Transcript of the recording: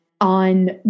on